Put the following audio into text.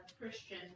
Christian